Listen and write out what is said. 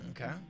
Okay